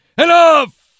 Enough